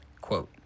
Quote